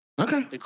Okay